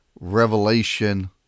revelation